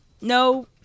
No